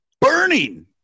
burning